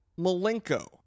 Malenko